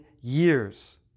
years